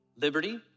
liberty